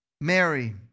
Mary